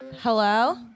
Hello